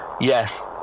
Yes